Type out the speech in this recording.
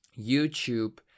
YouTube